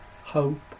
hope